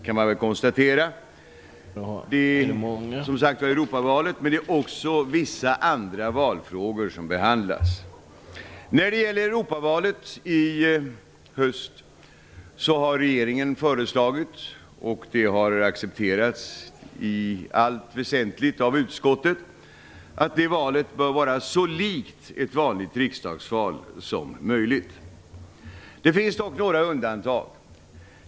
Man kan väl konstatera att det inte är något upphetsande betänkande i och för sig. Regeringen har föreslagit - och det har i allt väsentligt accepterats av utskottet - att Europavalet i höst skall vara så likt ett vanligt riksdagsval som möjligt. På några punkter gör man dock undantag från den principen.